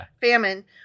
famine